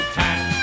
time